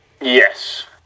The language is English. Yes